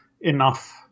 enough